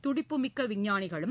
துடிப்புமிக்க விஞ்ஞானிகளும்